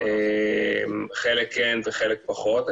חלק כן וחלק פחות.